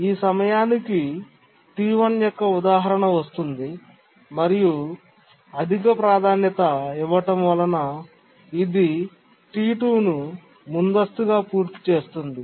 ఈ సమయానికి T1 యొక్క ఉదాహరణ వస్తుంది మరియు అధిక ప్రాధాన్యత ఇవ్వడం వలన ఇది T2 ను ముందస్తుగా పూర్తిచేస్తుంది